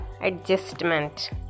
adjustment